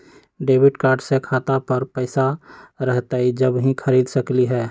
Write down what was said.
Debit card से खाता पर पैसा रहतई जब ही खरीद सकली ह?